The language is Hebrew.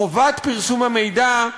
חובת פרסום המידע,